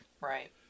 Right